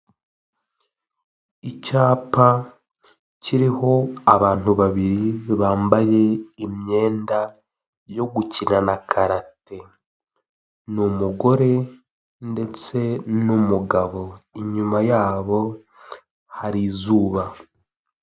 Icyapa kiriho abantu babiri bambaye imyenda yo gukinana karate, n'umugore ndetse n'umugabo, inyuma yabo hari izuba.